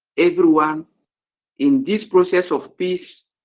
everyone in this process of peace,